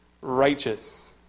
righteous